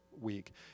week